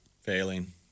Failing